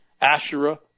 Asherah